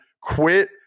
quit